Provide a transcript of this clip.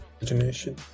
imagination